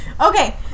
Okay